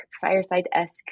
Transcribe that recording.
fireside-esque